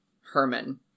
Herman